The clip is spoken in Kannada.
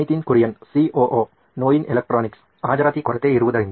ನಿತಿನ್ ಕುರಿಯನ್ ಸಿಒಒ ನೋಯಿನ್ ಎಲೆಕ್ಟ್ರಾನಿಕ್ಸ್ ಹಾಜರಾತಿಕೊರತೆ ಇರುವುದರಿಂದ